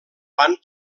van